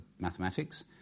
Mathematics